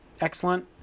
excellent